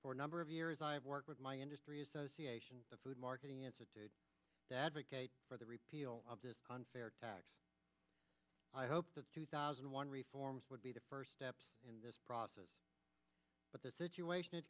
for a number of years i've worked with my industry association the food marketing institute advocate for the repeal on fair tax i hope the two thousand and one reforms would be the first steps in this process but the situation it